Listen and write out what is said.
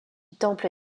temple